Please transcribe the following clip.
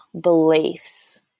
beliefs